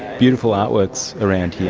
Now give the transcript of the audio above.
beautiful artworks around here.